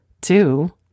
two